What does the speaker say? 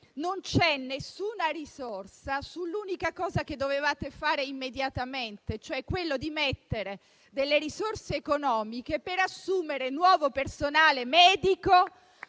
non c'è nessuna risorsa sull'unica cosa che dovevate fare immediatamente, cioè mettere risorse economiche per assumere nuovo personale medico